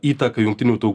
įtaką jungtinių tau